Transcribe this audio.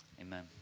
Amen